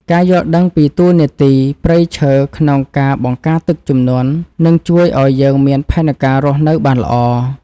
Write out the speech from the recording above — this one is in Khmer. ការយល់ដឹងពីតួនាទីព្រៃឈើក្នុងការបង្ការទឹកជំនន់នឹងជួយឱ្យយើងមានផែនការរស់នៅបានល្អ។